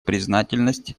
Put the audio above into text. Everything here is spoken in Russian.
признательность